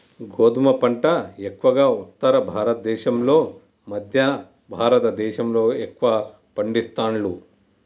గోధుమ పంట ఎక్కువగా ఉత్తర భారత దేశం లో మధ్య భారత దేశం లో ఎక్కువ పండిస్తాండ్లు